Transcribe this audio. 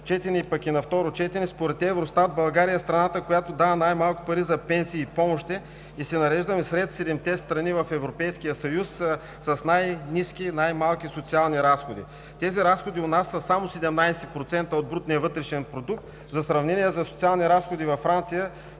четене, пък и на второ четене, според Евростат България е страната, която дава най-малко пари за пенсии и помощи и се нареждаме сред седемте страни в Европейския съюз с най-ниски и най-малки социални разходи. Тези разходи у нас са само 17% от брутния вътрешен продукт. За сравнение за социални разходи във Франция